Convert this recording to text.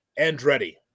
Andretti